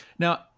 Now